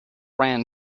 ran